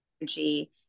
energy